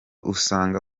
usanga